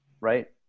right